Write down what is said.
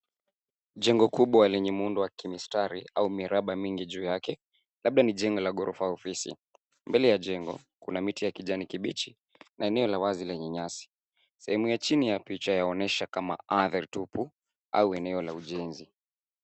Jengo kubwa lenye muundo ya kimstari au miraba mingi juu yake labda ni jengo la ghorofa au ofisi. Mbele ya jengo kuna miti ya kijani kibichi na eneo la wazi lenye nyasi. Sehemu ya chini ya picha yaonyesha kama ardhi tupu au eneo la ujenzi.